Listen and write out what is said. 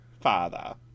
Father